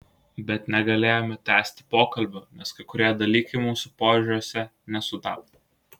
bet negalėjome tęsti pokalbių nes kai kurie dalykai mūsų požiūriuose nesutapo